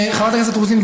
חברת הכנסת רוזין,